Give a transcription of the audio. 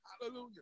Hallelujah